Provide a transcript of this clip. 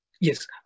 Yes